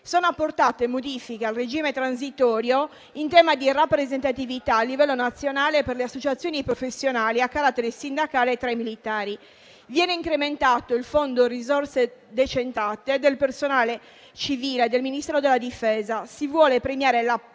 Sono apportate modifiche al regime transitorio in tema di rappresentatività a livello nazionale per le associazioni professionali a carattere sindacale tra i militari. Viene incrementato il fondo risorse decentrate del personale civile del Ministero della difesa. Si vuole premiare la